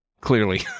clearly